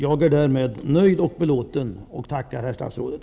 Jag är därmed nöjd och belåten och tackar herr statsrådet.